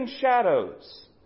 shadows